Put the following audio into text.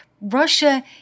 Russia